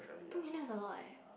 two million is a lot eh